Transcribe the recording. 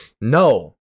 No